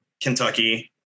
Kentucky